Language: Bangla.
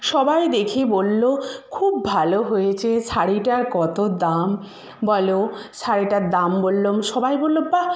সবাই দেখে বললো খুব ভালো হয়েছে শাড়িটার কত দাম বলো শাড়িটার দাম বল্লাম সবাই বললো বাহ্